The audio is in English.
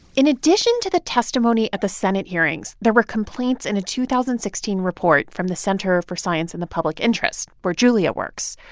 in addition to the testimony at the senate hearings, there were complaints in a two thousand and sixteen report from the center for science in the public interest where julia works.